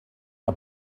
que